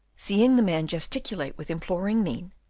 seeing the man gesticulate with imploring mien,